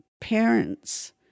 parents